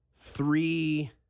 three